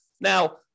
Now